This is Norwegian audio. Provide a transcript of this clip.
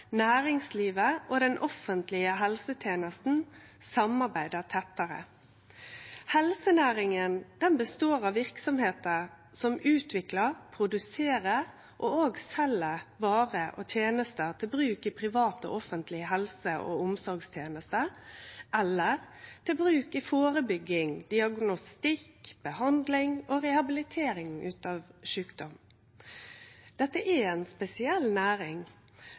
næringslivet og den offentlege helsetenesta kan samarbeide tettare. Helsenæringa består av verksemder som utviklar, produserer og sel varer og tenester til bruk i private og offentlege helse- og omsorgstenester eller til bruk i førebygging, diagnostikk, behandling og rehabilitering etter sjukdom. Dette er ei spesiell næring.